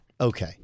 Okay